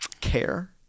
care